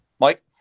Mike